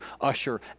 usher